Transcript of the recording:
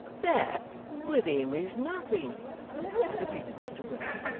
that with him is nothing repeated mr willet,